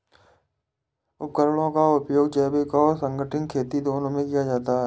उपकरणों का उपयोग जैविक और गैर संगठनिक खेती दोनों में किया जाता है